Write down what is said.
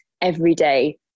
everyday